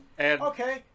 Okay